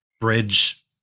bridge